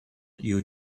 you